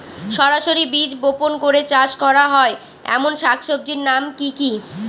সরাসরি বীজ বপন করে চাষ করা হয় এমন শাকসবজির নাম কি কী?